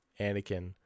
Anakin